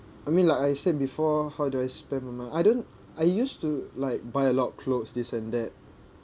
I mean like I said before how do I spend my money I don't I used to like buy a lot of clothes this and that